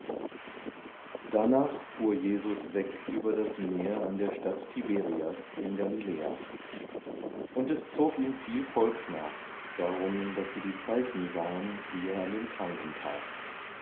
darnach fuhr jesus weg über das meer an der stadt tiberias in galiläa und es zog ihm viel volks nach darum daß sie die zeichen sahen die er an den kranken tat